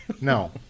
No